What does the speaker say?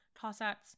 Cossacks